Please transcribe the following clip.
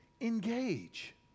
engage